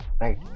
right